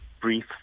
brief